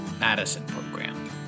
MadisonProgram